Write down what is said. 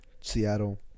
Seattle